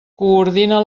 coordina